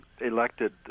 elected